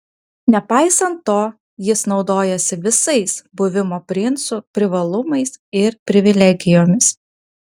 nepaisant to jis naudojasi visais buvimo princu privalumais ir privilegijomis